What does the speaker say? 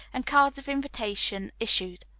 and cards of invitation issued.